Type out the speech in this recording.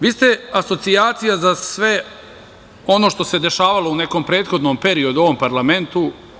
Vi ste asocijacija za sve ono što se dešavalo u nekom prethodnom periodu u ovom parlamentu.